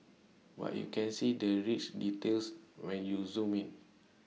but you can see the rich details when you zoom in